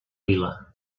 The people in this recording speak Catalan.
vila